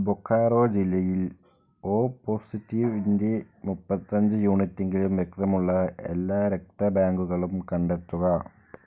ബൊക്കാറോ ജില്ലയിൽ ഒ പോസിറ്റീവിൻ്റെ മുപ്പത്തിയഞ്ച് യൂണിറ്റെങ്കിലും രക്തമുള്ള എല്ലാ രക്തബാങ്കുകളും കണ്ടെത്തുക